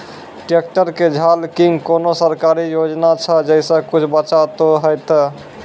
Tractor के झाल किंग कोनो सरकारी योजना छ जैसा कुछ बचा तो है ते?